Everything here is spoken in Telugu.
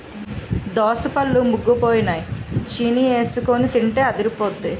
దోసపళ్ళు ముగ్గిపోయినై చీనీఎసికొని తింటే అదిరిపొద్దే